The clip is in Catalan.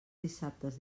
dissabtes